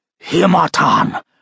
Himatan